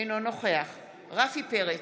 אינו נוכח רפי פרץ,